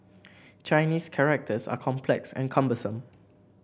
Chinese characters are complex and cumbersome